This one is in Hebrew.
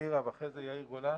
נירה ואחריה יאיר גולן